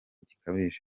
gikabije